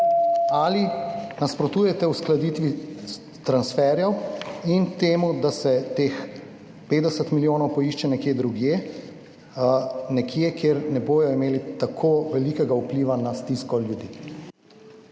ali nasprotujete uskladitvi transferjev in temu, da se teh 50 milijonov poišče nekje drugje, nekje, kjer ne bodo imeli tako velikega vpliva na stisko ljudi?